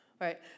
right